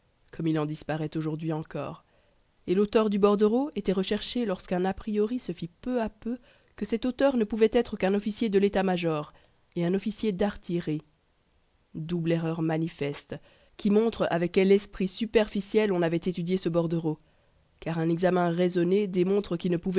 comme il en disparaît aujourd'hui encore et l'auteur du bordereau était recherché lorsqu'un a priori se fit peu à peu que cet auteur ne pouvait être qu'un officier de l'état-major et un officier d'artillerie double erreur manifeste qui montre avec quel esprit superficiel on avait étudié ce bordereau car un examen raisonné démontre qu'il ne